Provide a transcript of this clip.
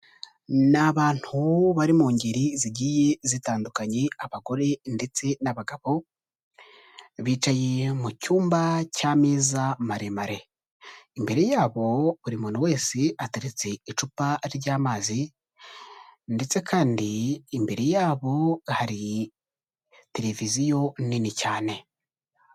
Ni abantu bari mu ngeri zigiye zitandukanye abagore ndetse n'abagabo, bicaye mu cyumba cy'ameza maremare, imbere yabo buri muntu wese ateretse icupa ry'amazi ndetse kandi imbere yabo hari televiziyo nini cyane.